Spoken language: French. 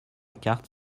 carte